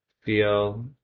feel